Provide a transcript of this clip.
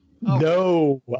No